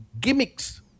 gimmicks